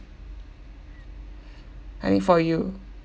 I mean for you